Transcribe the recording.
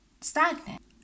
stagnant